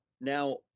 now